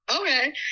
Okay